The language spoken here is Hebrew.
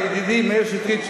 ידידי מאיר שטרית,